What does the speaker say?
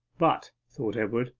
but, thought edward,